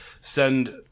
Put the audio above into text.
send